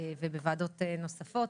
ובוועדות נוספות.